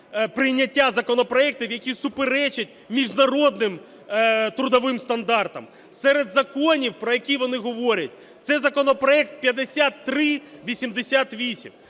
прийняття законопроектів, які суперечать міжнародним трудовим стандартам. Серед законів, про які вони говорять, це законопроект 5388.